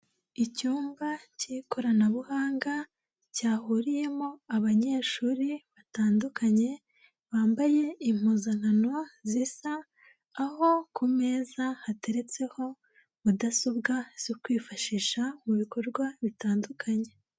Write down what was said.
Icyumba cy'ikoranabuhanga, cyahuriyemo abanyeshuri batandukanye, bambaye impuzankano zisa, aho ku meza hateretseho mudasobwa zo kwifashisha, mu bikorwa bitandukanye.